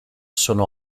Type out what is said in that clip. sono